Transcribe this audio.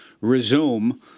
resume